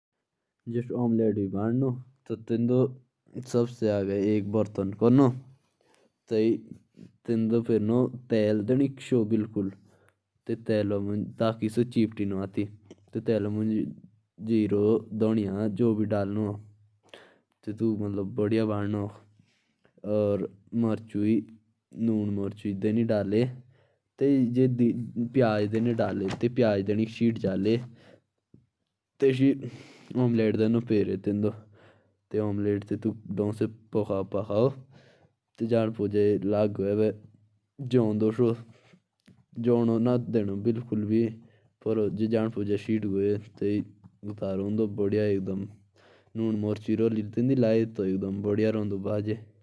ओमलेट को बनाना भी आसान है। बस ये ध्यान रखना जरूरी है कि उसमें तेल ज्यादा ना चढ़े। और नमक भी।